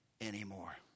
anymore